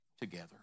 together